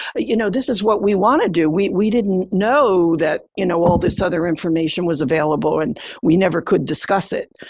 you know, this is what we want to do. we we didn't know that, you know, all of this other information was available and we never could discuss it.